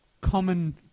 common